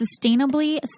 sustainably